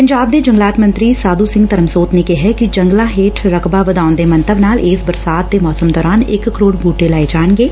ਪੰਜਾਬ ਦੇ ਜੰਗਲਾਤ ਮੰਤਰੀ ਸਾਧੁ ਸਿੰਘ ਧਰਮਸੋਤ ਨੇ ਕਿਹਾ ਕਿ ਜੰਗਲਾਂ ਹੇਠ ਰਕਬਾ ਵਧਾਉਣ ਦੇ ਮੰਤਵ ਨਾਲ ਇਸ ਬਰਸਾਤ ਦੇ ਮੌਸਮ ਦੌਰਾਨ ਇਕ ਕਰੋੜ ਬੂਟੇ ਲਾਏ ਜਾਣਗੇ